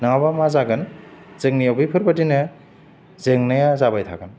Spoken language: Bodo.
नङाबा मा जागोन जोंनियाव बेफोरबादिनो जेंनाया जाबाय थागोन